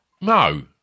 No